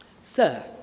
Sir